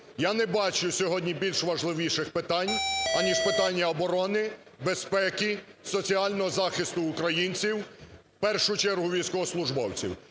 Я не бачу сьогодні більш важливіших питань, аніж питання оборони, безпеки, соціального захисту українців, в першу чергу військовослужбовців.